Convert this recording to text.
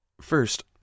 First